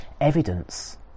evidence